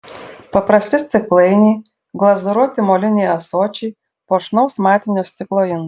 paprasti stiklainiai glazūruoti moliniai ąsočiai puošnaus matinio stiklo indai